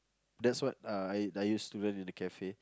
that's what uh I I used to learn in the cafe